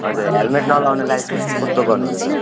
हजुर हेलमेट नलाउनेलाई चाहिँ कस्तो गर्नुहुँदैछ